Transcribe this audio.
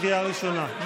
קריאה ראשונה.